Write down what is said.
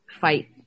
fight